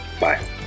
Bye